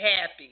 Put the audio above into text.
happy